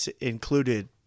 included